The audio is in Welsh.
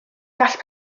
gall